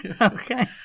Okay